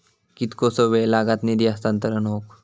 कितकोसो वेळ लागत निधी हस्तांतरण हौक?